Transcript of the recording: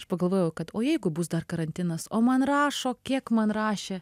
aš pagalvojau kad o jeigu bus dar karantinas o man rašo kiek man rašė